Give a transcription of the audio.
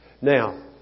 Now